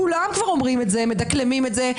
כולם כבר אומרים את זה, מדקלמים את זה.